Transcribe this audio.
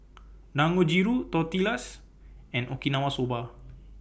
Dangojiru Tortillas and Okinawa Soba